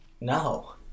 No